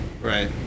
Right